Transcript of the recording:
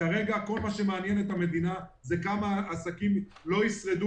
כרגע כל מה שמעניין את המדינה זה כמה עסקים לא ישרדו